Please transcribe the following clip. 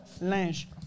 linge